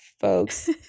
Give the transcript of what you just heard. folks